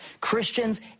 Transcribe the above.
Christians